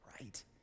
right